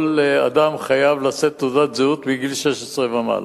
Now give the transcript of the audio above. כל אדם חייב לשאת תעודת זהות מגיל 16 ומעלה.